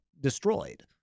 destroyed